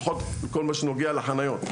לפחות בכל מה שנוגע לחניות.